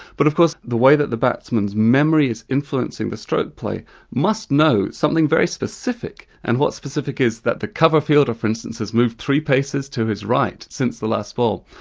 but of course the way that the batsman's memory is influencing the stroke play must know something very specific and what specific is, that the cover fielder for instance has moved three paces to his right since the last ball.